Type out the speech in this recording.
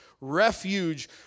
refuge